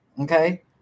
Okay